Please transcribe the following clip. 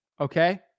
Okay